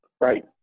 Right